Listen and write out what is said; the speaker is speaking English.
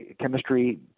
chemistry